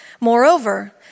Moreover